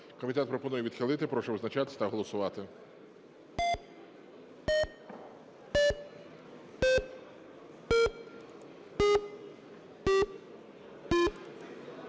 Комітет пропонує відхилити. Прошу визначатися та голосувати.